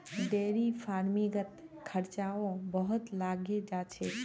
dairy फ़ार्मिंगत खर्चाओ बहुत लागे जा छेक